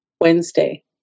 Wednesday